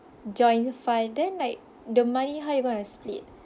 joint fund then like the money how you gonna split